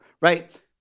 right